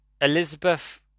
Elizabeth